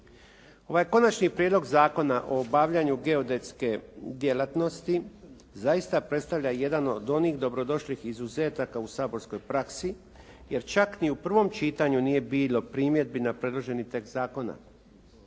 Ovaj Konačni prijedlog Zakona o obavljanju geodetske djelatnosti zaista predstavlja jedna od onih dobrodošlih izuzetaka u saborskoj praksi, jer čak ni u prvom čitanju nije bilo primjedbi na predloženi tekst zakona.